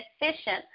efficient